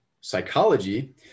psychology